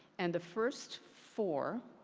and the first four